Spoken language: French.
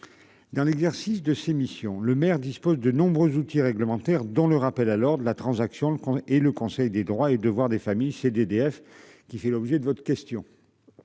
Dans l'exercice de ses missions, le maire dispose de nombreux outils réglementaires dont le rappel à lors de la transaction le con et le Conseil des droits et devoirs des familles c'est d'EDF qui fait l'objet de votre question.